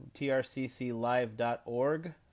trcclive.org